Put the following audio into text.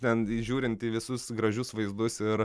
ten įžiūrint į visus gražius vaizdus ir